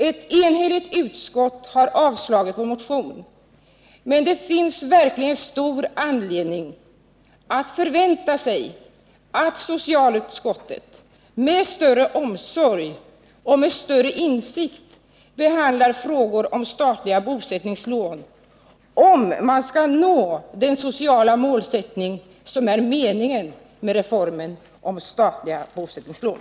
Ett enhälligt utskott har avstyrkt vår motion, men det finns verkligen stor anledning att förvänta sig att socialutskottet med större omsorg och med större insikt behandlar frågor om statliga bosättningslån, om man skall nå den sociala målsättning som gäller för reformen i fråga om statliga bosättningslån.